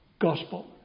gospel